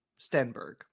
Stenberg